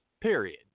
period